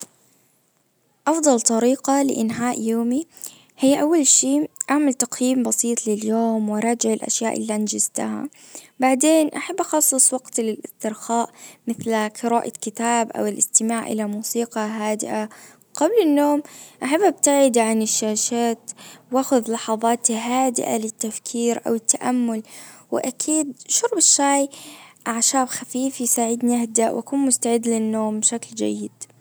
افضل طريقة لانهاء يومي. هي اول شي اعمل تقييم بسيط لليوم واراجع الاشياء اللي انجزتها بعدين احب اخصص وقتي للاسترخاء مثل قراءة الكتاب او الاستماع الى موسيقى هادئة. قبل النوم. احب ابتعد عن الشاشات أخذ لحظات هادئة للتفكير أو التأمل وأكيد شرب الشاي أعشاب خفيف يساعدني أهدأ وأكون مستعد لننوم بشكل جيد